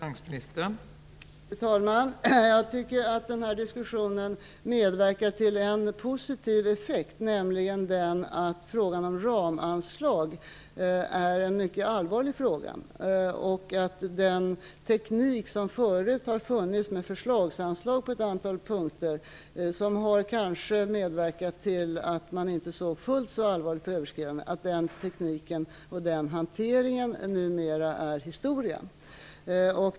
Fru talman! Jag tycker att den här diskussionen medverkar till en positiv effekt. Frågan om ramanslag är nämligen en mycket allvarlig fråga. Den teknik som förut har funnits, med förslagsanslag på ett antal punkter, har kanske medverkat till att man inte såg fullt så allvarligt på överskridande. Den tekniken och den hanteringen är numera historia.